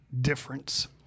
difference